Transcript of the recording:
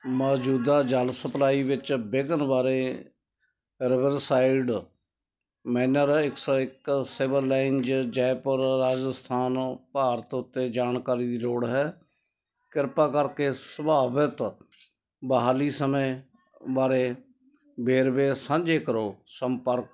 ਮੌਜੂਦਾ ਜਲ ਸਪਲਾਈ ਵਿੱਚ ਵਿਘਨ ਬਾਰੇ ਰਿਵਰ ਸਾਈਡ ਮੈਨਰ ਇੱਕ ਸੋ ਇੱਕ ਸਿਵਲ ਲਾਈਨਜ ਜੈਪੁਰ ਰਾਜਸਥਾਨ ਭਾਰਤ ਉੱਤੇ ਜਾਣਕਾਰੀ ਦੀ ਲੋੜ ਹੈ ਕਿਰਪਾ ਕਰਕੇ ਸੰਭਾਵਿਤ ਬਹਾਲੀ ਸਮੇਂ ਬਾਰੇ ਵੇਰਵੇ ਸਾਂਝੇ ਕਰੋ ਸੰਪਰਕ